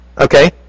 okay